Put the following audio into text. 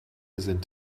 sind